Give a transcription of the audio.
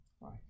Right